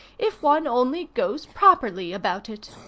if one only goes properly about it.